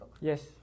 Yes